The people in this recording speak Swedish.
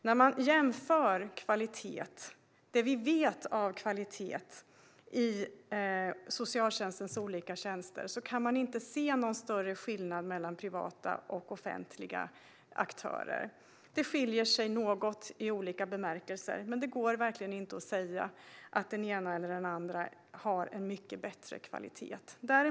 När man jämför kvalitet, och vad vi vet om kvalitet, i socialtjänstens olika tjänster kan man inte se någon större skillnad mellan privata och offentliga aktörer. Det skiljer sig något i olika bemärkelser, men det går verkligen inte att säga att den ena eller den andra har en mycket bättre kvalitet.